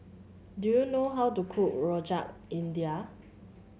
do you know how to cook Rojak India